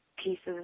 Pieces